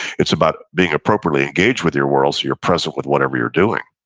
it's about being appropriately engaged with your world, so you're present with whatever you're doing,